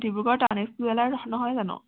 Dibrugarh Tanishq jeweller নহয় জানো